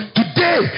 today